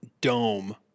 dome